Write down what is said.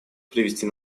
привести